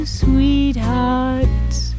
sweethearts